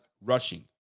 rushing